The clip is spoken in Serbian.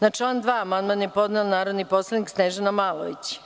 Na član 2. amandman je podnela narodni poslanik Snežana Malović.